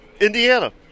Indiana